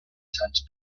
search